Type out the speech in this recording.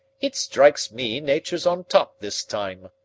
it strikes me nature's on top this time,